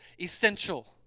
essential